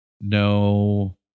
no